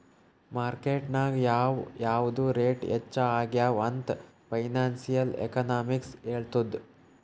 market ನಾಗ್ ಯಾವ್ ಯಾವ್ದು ರೇಟ್ ಹೆಚ್ಚ ಆಗ್ಯವ ಅಂತ್ ಫೈನಾನ್ಸಿಯಲ್ ಎಕನಾಮಿಕ್ಸ್ ಹೆಳ್ತುದ್